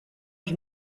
els